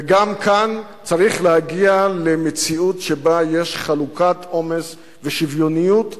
וגם כאן צריך להגיע למציאות שבה יש חלוקת עומס ושוויוניות בשירות,